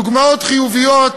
דוגמאות חיוביות,